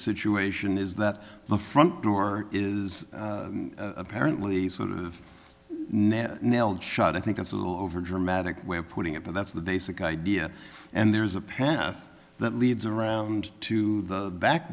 situation is that the front door is apparently sort of net nailed shut i think that's a little over dramatic way of putting it but that's the basic idea and there's a path that leads around to the back